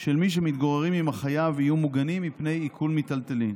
של מי שמתגוררים עם החייב יהיו מוגנים בפני עיקול המיטלטלין.